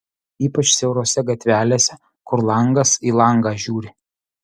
ypač siaurose gatvelėse kur langas į langą žiūri